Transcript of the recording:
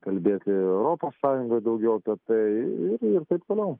kalbėti europos sąjungoj daugiau apie tai ir ir taip toliau